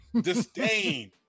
disdain